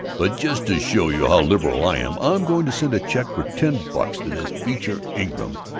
but just to show you how liberal i am, i'm going to send a check for ten bucks to this beecher ingram,